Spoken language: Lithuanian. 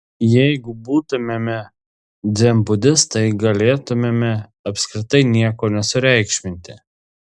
jeigu būtumėme dzenbudistai galėtumėme apskritai nieko nesureikšminti